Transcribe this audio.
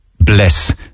bless